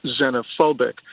xenophobic